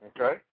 Okay